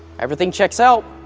everything checks out!